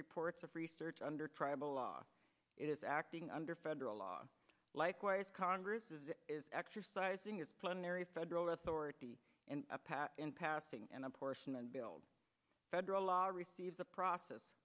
reports of research under tribal law it is acting under federal law likewise congress is exercising its plenary federal authority and a pass in passing and apportion and build a federal law to receive the process